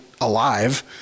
alive